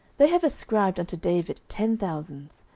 they have ascribed unto david ten thousands,